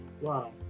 Wow